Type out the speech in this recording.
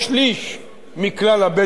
מכלל הבדואים בנגב.